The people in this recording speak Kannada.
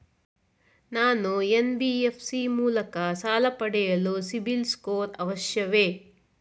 ನಾನು ಎನ್.ಬಿ.ಎಫ್.ಸಿ ಮೂಲಕ ಸಾಲ ಪಡೆಯಲು ಸಿಬಿಲ್ ಸ್ಕೋರ್ ಅವಶ್ಯವೇ?